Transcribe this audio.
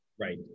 right